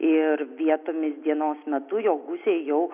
ir vietomis dienos metu jo gūsiai jau